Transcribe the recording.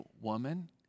woman